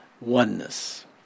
Oneness